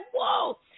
whoa